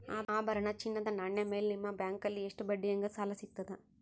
ಆಭರಣ, ಚಿನ್ನದ ನಾಣ್ಯ ಮೇಲ್ ನಿಮ್ಮ ಬ್ಯಾಂಕಲ್ಲಿ ಎಷ್ಟ ಬಡ್ಡಿ ಹಂಗ ಸಾಲ ಸಿಗತದ?